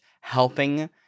helping